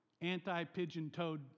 anti-pigeon-toed